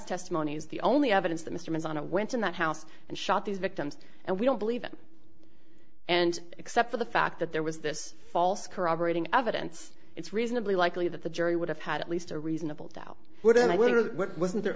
testimony is the only evidence that mr mcdonald went in that house and shot these victims and we don't believe in and except for the fact that there was this false corroborating evidence it's reasonably likely that the jury would have had at least a reasonable doubt w